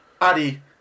Addy